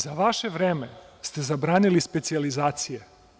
Za vaše vreme ste zabranili specijalizacije.